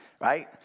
right